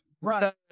Right